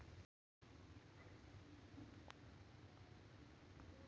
खाद्य मागण्या पूर्ण करण्यासाठी सरकारने शाश्वत शेतीसाठी राष्ट्रीय मिशन अभियान चालविले आहे